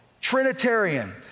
Trinitarian